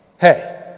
hey